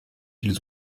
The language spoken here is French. ils